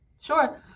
Sure